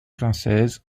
françaises